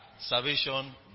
salvation